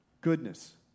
goodness